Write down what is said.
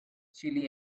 chile